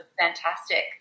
fantastic